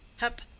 hep!